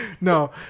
no